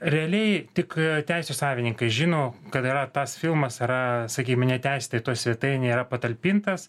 realiai tik teisių savininkai žino kad yra tas filmas yra sakykime neteisėtai toj svetainėj yra patalpintas